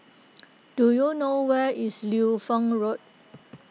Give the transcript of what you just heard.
do you know where is Liu Fang Road